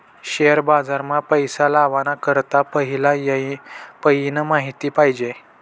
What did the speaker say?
share बाजार मा पैसा लावाना करता पहिला पयीन माहिती पायजे